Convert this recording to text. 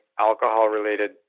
alcohol-related